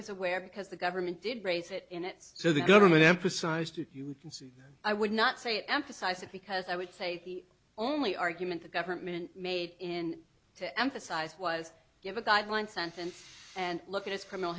was aware because the government did raise it in it so the government emphasized that you can see i would not say emphasize it because i would say the only argument the government made in to emphasize was give a guideline sentence and look at